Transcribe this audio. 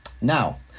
now